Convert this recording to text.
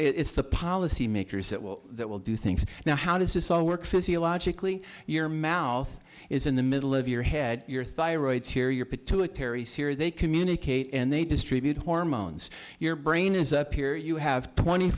it's the policymakers that will that will do things now how does this all work physiologically your mouth is in the middle of your head your thyroid's here your pituitary sear they communicate and they distribute hormones your brain is up here you have twenty